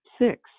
six